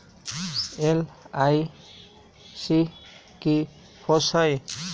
LIC की होअ हई?